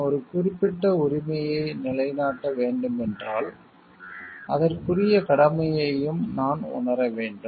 நான் ஒரு குறிப்பிட்ட உரிமையை நிலைநாட்ட வேண்டும் என்றால் அதற்குரிய கடமையையும் நான் உணர வேண்டும்